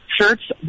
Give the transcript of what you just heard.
shirts